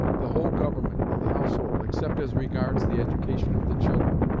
the whole government of the household, except as regards the education of the children,